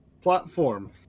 platform